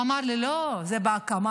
הוא אמר לי: לא, זה בהקמה.